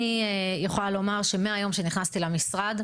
אני יכולה לומר שמהיום שנכנסתי למשרד,